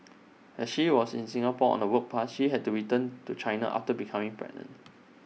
as she was in Singapore on A work pass she had to return to China after becoming pregnant